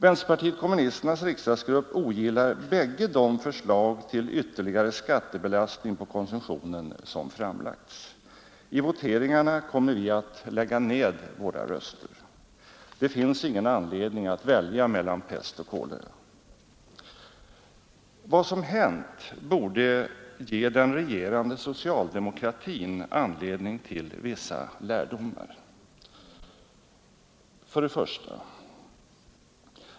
Vänsterpartiet kommunisternas riksdagsgrupp ogillar bägge de förslag till ytterligare skattebelastning på konsumtionen som framlagts. I voteringarna kommer vi att lägga ned våra röster. Det finns ingen anledning att välja mellan pest och kolera. Vad som hänt borde ge den regerande socialdemokratin vissa lärdomar: 1.